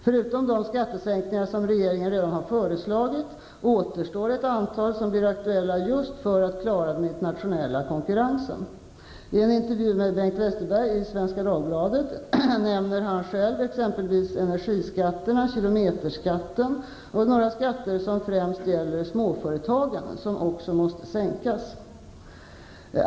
Förutom de skattesänkningar som regeringen redan har föreslagit, återstår ett antal som blir aktuella just för att klara den internationella konkurrensen. I en intervju med Bengt Westerberg i Svenska Dagbladet nämner han själv exempelvis energiskatterna, kilometerskatten och några skatter som främst gäller småföretagen som också måste sänkas.